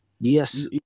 Yes